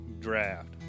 draft